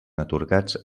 atorgats